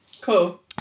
Cool